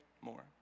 more